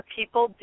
people